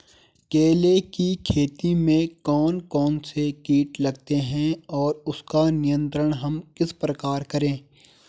केले की खेती में कौन कौन से कीट लगते हैं और उसका नियंत्रण हम किस प्रकार करें?